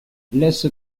laisse